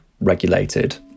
regulated